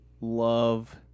love